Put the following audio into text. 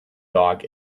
dog